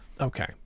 Okay